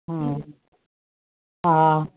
हा हा